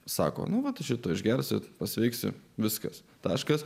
sako nu vat šito išgersite pasveiksiu viskas taškas